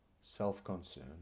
self-concern